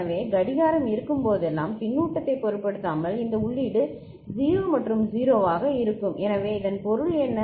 எனவே கடிகாரம் இருக்கும்போதெல்லாம் பின்னூட்டத்தை பொருட்படுத்தாமல் இந்த உள்ளீடு 0 மற்றும் 0 ஆக இருக்கும் எனவே இதன் பொருள் என்ன